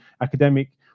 academic